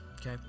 Okay